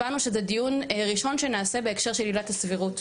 הבנו שזה דיון ראשון שנעשה בהקשר של עילת הסבירות,